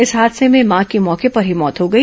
इस हादर्स में मां की मौके पर ही मौत हो गई